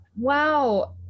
Wow